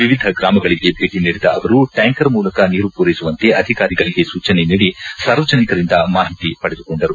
ವಿವಿಧ ಗ್ರಾಮಗಳಿಗೆ ಭೇಟಿ ನೀಡಿದ ಅವರು ಟ್ಯಾಂಕರ್ ಮೂಲಕ ನೀರು ಪೂರೈಸುವಂತೆ ಅಧಿಕಾರಿಗಳಿಗೆ ಸೂಚನೆ ನೀಡಿ ಸಾರ್ವಜನಿಕರಿಂದ ಮಾಹಿತಿ ಪಡೆದುಕೊಂಡರು